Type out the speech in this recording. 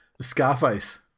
Scarface